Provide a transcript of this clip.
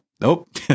nope